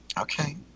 Okay